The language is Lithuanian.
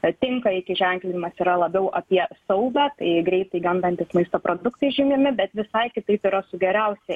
a tinka iki ženklinimas yra labiau apie saugą tai greitai gendantys maisto produktai žymimi bet visai kitaip yra su geriausia